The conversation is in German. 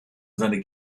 seine